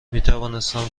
میتوانستم